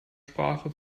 sprache